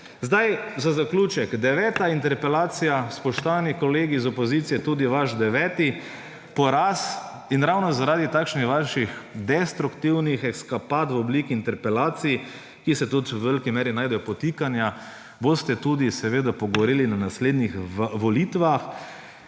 Za zaključek. Deveta interpelacija, spoštovani kolegi iz opozicije, tudi vaš deveti poraz. Ravno zaradi takšnih vaših destruktivni eskapad v obliki interpelacij, kjer se tudi v veliki meri najdejo podtikanja, boste tudi pogoreli na naslednjih volitvah.